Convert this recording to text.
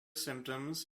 symptoms